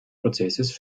prozesses